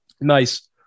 Nice